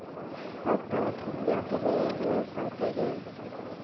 ᱦᱳᱭᱛᱚ ᱴᱷᱤᱠ ᱜᱮᱭᱟ ᱛᱚᱵᱮ ᱢᱚᱬᱮ ᱥᱟᱭ ᱛᱮᱜᱮ